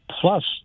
Plus